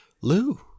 Lou